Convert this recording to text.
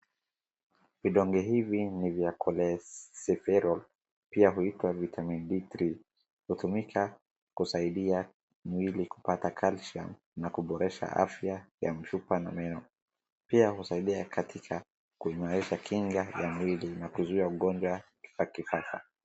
Vidonge hivi ni vya Cholecalciferol pia huitwa vitamin D3 .Hutumika kusaidia mtu mwili kupata calcium na kuboresha afya ya mfupa na meno. Pia husaidia kuimarisha kinga ya mwili na kuzuia ugonjwa ya kifafa.